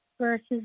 versus